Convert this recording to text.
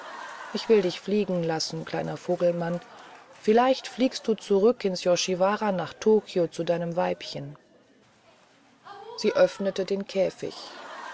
ich will dich fliegen lassen kleiner vogelmann vielleicht fliegst du zurück ins yoshiwara nach tokio zu deinem weibchen sie öffnete den käfig